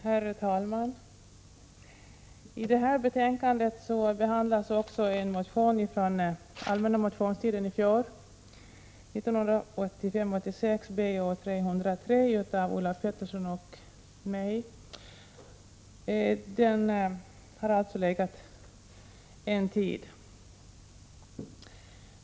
Herr talman! I detta betänkande behandlas en motion från allmänna motionstiden i fjol, Bo303 av Ulla Pettersson och mig. Den har alltså legat en tid.